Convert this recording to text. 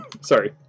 Sorry